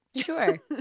Sure